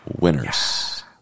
winners